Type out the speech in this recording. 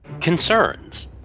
concerns